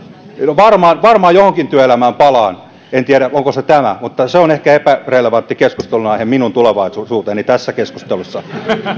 varmaan varmaan johonkin työelämään palaan en tiedä onko se tämä mutta se on ehkä epärelevantti keskustelunaihe minun tulevaisuuteni tässä keskustelussa